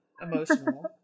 emotional